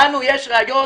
לנו יש ראיות,